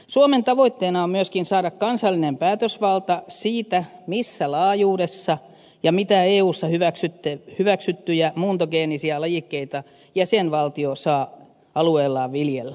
suomen tavoitteena on myöskin saada kansallinen päätösvalta siitä missä laajuudessa ja mitä eussa hyväksyttyjä muuntogeenisiä lajikkeita jäsenvaltio saa alueellaan viljellä